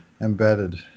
embedded